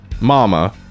Mama